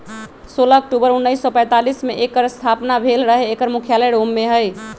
सोलह अक्टूबर उनइस सौ पैतालीस में एकर स्थापना भेल रहै एकर मुख्यालय रोम में हइ